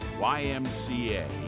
YMCA